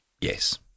Yes